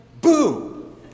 boo